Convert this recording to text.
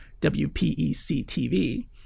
WPEC-TV